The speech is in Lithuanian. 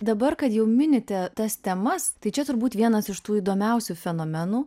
dabar kad jau minite tas temas tai čia turbūt vienas iš tų įdomiausių fenomenų